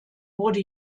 wurde